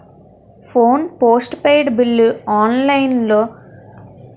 Phone postpaid bill online banking ద్వారా కట్టడం ఎలా?